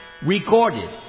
Recorded